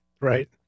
Right